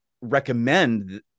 recommend